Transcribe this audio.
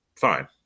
fine